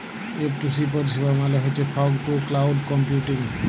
F two C পরিষেবা মালে হছ ফগ টু ক্লাউড কম্পিউটিং